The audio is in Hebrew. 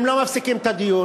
אם לא מפסיקים את הדיון,